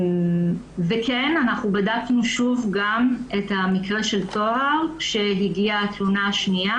וכן אנחנו בדקנו שוב גם את המקרה של טוהר כשהגיעה התלונה השנייה